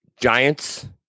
Giants